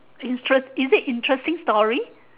interest is it interesting story